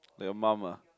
like your mum ah